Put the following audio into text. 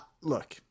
Look